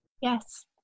Yes